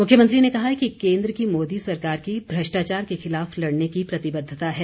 मुख्यमंत्री ने कहा कि केंद्र की मोदी सरकार की भ्रष्टाचार के खिलाफ लड़ने की प्रतिबद्वता है